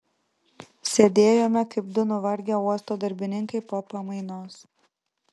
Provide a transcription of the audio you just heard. sėdėjome kaip du nuvargę uosto darbininkai po pamainos